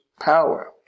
power